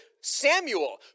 Samuel